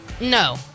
No